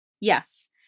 Yes